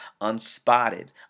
unspotted